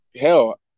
Hell